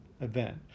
event